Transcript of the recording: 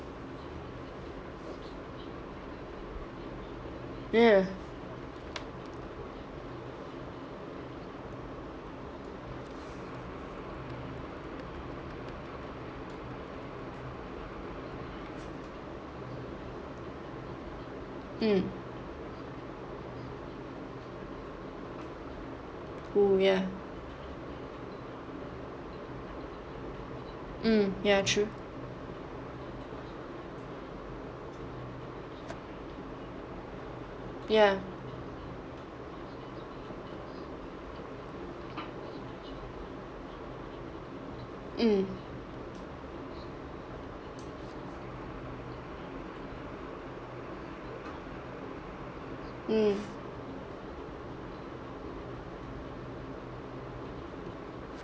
ya mm oh ya mm ya true ya mm mm